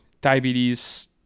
diabetes